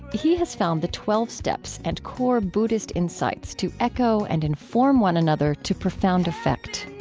he has found the twelve steps and core buddhist insights to echo and inform one another to profound effect